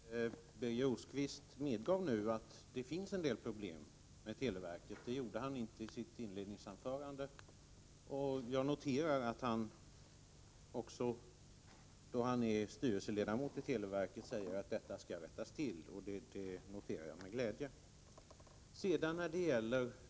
Herr talman! Birger Rosqvist medgav nu att det finns en del problem med televerket. Det gjorde han inte i sitt inledningsanförande. Jag noterar med glädje att Birger Rosqvist säger att felen skall rättas till - Birger Rosqvist är ju styrelseledamot i televerket.